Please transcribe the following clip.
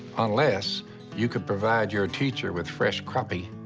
unless you could provide your teacher with fresh crappie,